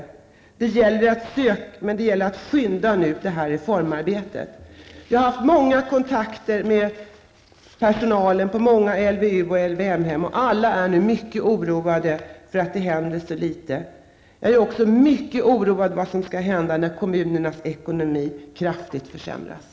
Men det gäller nu att skynda med reformarbetet. Jag har haft många kontakter med personalen på många LVU och LVM-hem, och alla är nu mycket oroade för att det händer så litet. Jag är också mycket oroad för vad som skall hända när kommunernas ekonomi kraftigt försämras.